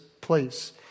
place